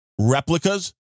replicas